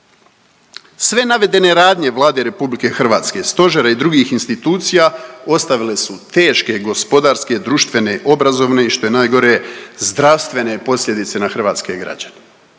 Sve navedene radnje Vlade RH, Stožera i drugih institucija, ostavile su teške gospodarske, društvene, obrazovne i što je najgore zdravstvene posljedice na hrvatske građane.